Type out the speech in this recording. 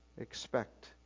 Expect